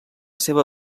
seva